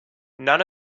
none